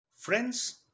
Friends